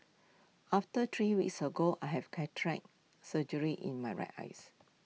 about three weeks ago I had cataract surgery in my right eyes